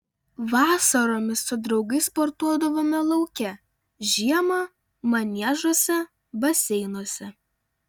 vasaromis su draugais sportuodavome lauke žiemą maniežuose baseinuose